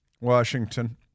Washington